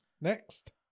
Next